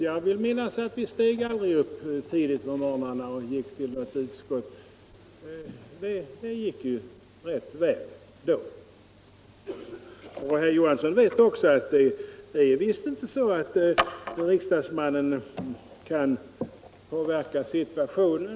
Jag vill minnas att vi aldrig steg upp tidigt på morgnarna och gick till något utskott. Det gick bra att ha förbud mot utskottssammanträde på plenitid. Herr Johansson vet också att det visst inte är så att riksdagsmannen alltid kan påverka situationen.